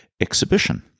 exhibition